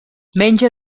menja